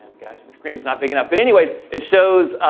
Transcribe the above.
guys screens not picking up in any way it shows